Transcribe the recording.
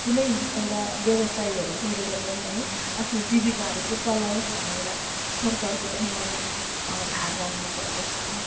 कुनै एउटा व्यवसायहरू गरेर पनि है आफ्नो जीविकाहरू चाहिँ चलाओस् भन्ने एउटा सरकारको पनि एउटा धारणा हुन पर्दछ